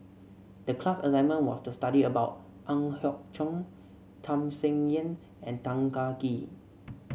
the class assignment was to study about Ang Hiong Chiok Tham Sien Yen and Tan Kah Kee